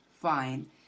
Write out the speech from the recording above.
fine